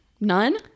None